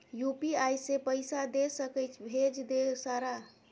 UPI से पैसा दे सके भेज दे सारा?